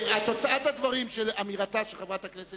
תוצאת הדברים של אמירתה של חברת הכנסת